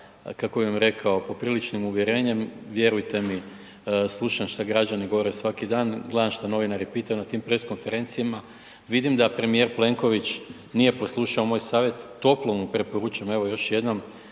kako bih vam rekao popriličnim uvjerenjem, vjerujte mi slušam šta građani govore svaki dan, gledam šta novinari pitaju na tim press konferencijama. Vidim da premijer Plenković nije poslušao moj savjet, toplo mu preporučam evo još jednom